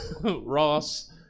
ross